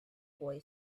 boy